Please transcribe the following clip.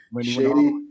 Shady